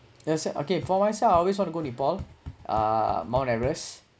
that's it okay for myself I always want to go nepal uh mount everest